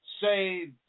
say